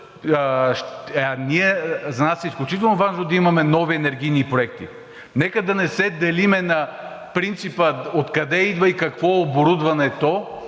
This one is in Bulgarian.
за нас е изключително важно да имаме нови енергийни проекти – нека да не се делим на принципа: откъде идва и какво е оборудването,